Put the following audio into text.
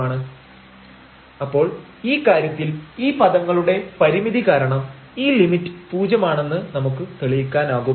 Note that ΔxΔρ≤1 ΔxΔρ≤1 and ϵ1 ϵ2 tend to zero as Δρ→0 അപ്പോൾ ഈ കാര്യത്തിൽ ഈ പദങ്ങളുടെ പരിമിതി കാരണം ഈ ലിമിറ്റ് പൂജ്യം ആണെന്ന് നമുക്ക് തെളിയിക്കാനാകും